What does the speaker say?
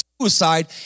suicide